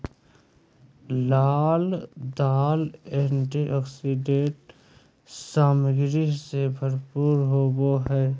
लाल दाल एंटीऑक्सीडेंट सामग्री से भरपूर होबो हइ